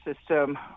System